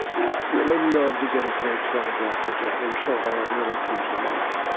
really love to get a great photograph of that and show how it really comes alive.